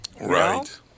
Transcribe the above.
Right